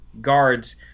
guards